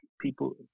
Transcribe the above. people